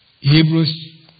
Hebrews